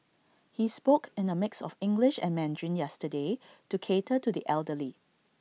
he spoke in A mix of English and Mandarin yesterday to cater to the elderly